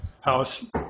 house